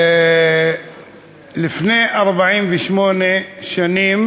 לפני 48 שנים